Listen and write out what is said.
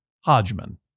Hodgman